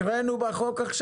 קראנו את זה בחוק עכשיו.